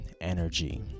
energy